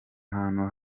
ahantu